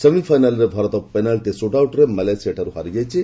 ସେମିଫାଇନାଲ୍ରେ ଭାରତ ପେନାଲ୍ଟି ସୁଟ୍ଆଉଟ୍ରେ ମାଲେସିଆଠାରୁ ହାରିଯାଇଛି